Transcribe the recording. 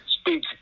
speak